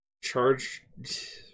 charge